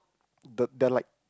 the they are like